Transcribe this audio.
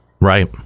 right